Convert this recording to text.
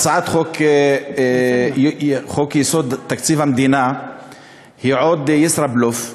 הצעת חוק-יסוד: תקציב המדינה היא עוד ישראבלוף,